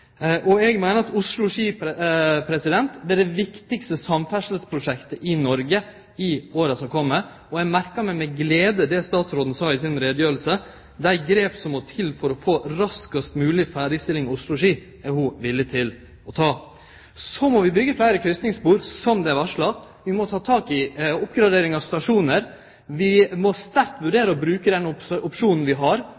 ferdig. Eg meiner at strekninga Oslo–Ski er det viktigaste samferdselsprosjektet i Noreg i åra som kjem. Eg merka meg med glede det statsråden sa i si utgreiing. Dei grepa som må til for å få ei raskast mogleg ferdigstilling av strekninga Oslo–Ski, er ho villig til å ta. Så må vi byggje fleire kryssingsspor, som det er varsla. Vi må ta tak i oppgradering av stasjonar. Vi må sterkt